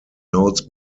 notes